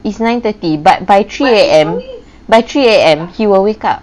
it's nine thirty but by three A_M by three A_M he will wake up